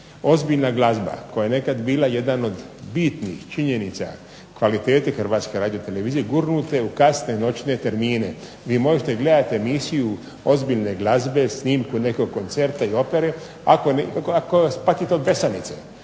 Ozbiljna glazba koja je nekad bila jedan od bitnih činjenica kvalitete Hrvatske radiotelevizije gurnut je u kasne noćne termine. Vi možete gledat emisiju ozbiljne glazbe, snimku nekog koncerta i opere ako patite od besanice,